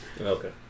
Okay